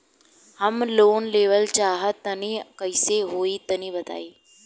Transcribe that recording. हम लोन लेवल चाहऽ तनि कइसे होई तनि बताई?